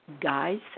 guys